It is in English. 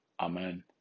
Amen